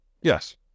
Yes